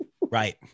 Right